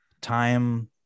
Time